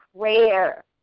prayer